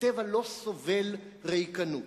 הטבע לא סובל ריקנות.